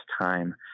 time